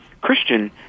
Christian